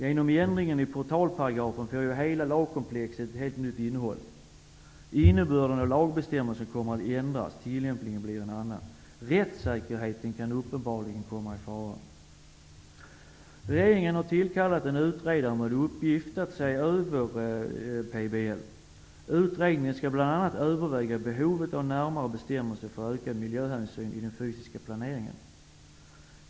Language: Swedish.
Genom ändringen i portalparagrafen får hela lagkomplexet ett nytt innehåll. Innebörden av lagen kommer att ändras, tillämpningen blir en annan. Rättssäkerheten kan uppenbarligen komma i fara. Regeringen har tillkallat en utredare med uppgift att se över PBL. Utredningen skall bl.a. överväga behovet av närmare bestämmelser för ökad miljöhänsyn i den fysiska planeringen.